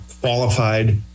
qualified